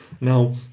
Now